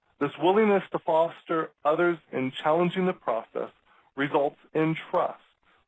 this willingness to foster others in challenging the process results in trust